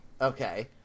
Okay